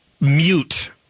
mute